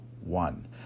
one